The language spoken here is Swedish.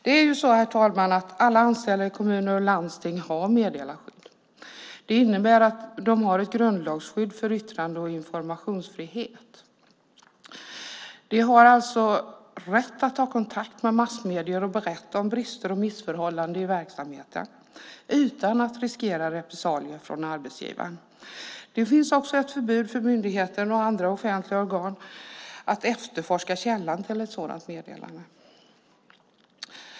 Det är så, herr talman, att alla anställda i kommuner och landsting har meddelarskydd. Det innebär att de har ett grundlagsskydd för yttrande och informationsfrihet. De har alltså rätt att ta kontakt med massmedier och berätta om brister och missförhållanden i verksamheten utan att riskera repressalier från arbetsgivaren. Det finns också ett förbud för myndigheter och andra offentliga organ att efterforska källan till ett sådant meddelande.